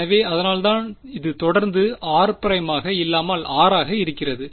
எனவே அதனால்தான் இது தொடர்ந்து r ஆக இல்லாமல் r ஆக இருக்கிறது